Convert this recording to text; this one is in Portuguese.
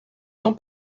não